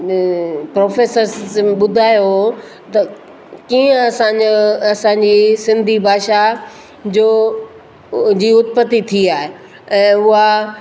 professors ॿुधायो हो त कीअं असां जा असां जी सिंधी भाषा जो जी उत्पति थी आहे ऐं उहा